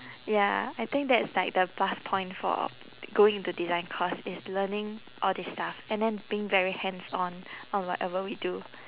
ya I think that is like the plus point for going into design course is learning all this stuff and then being very hands on on whatever we do